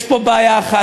יש פה בעיה אחת,